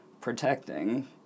protecting